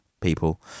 people